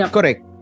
Correct